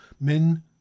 men